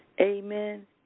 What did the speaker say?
Amen